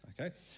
okay